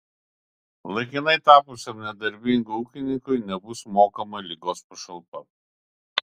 laikinai tapusiam nedarbingu ūkininkui nebus mokama ligos pašalpa